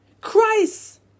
Christ